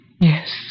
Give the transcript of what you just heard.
Yes